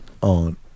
on